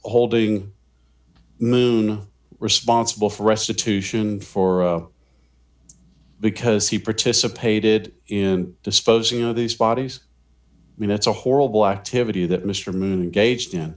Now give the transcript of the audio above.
holding moon responsible for restitution for because he participated in disposing of these bodies i mean that's a horrible activity that mr moon gauge